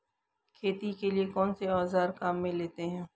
खेती के लिए कौनसे औज़ार काम में लेते हैं?